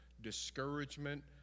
discouragement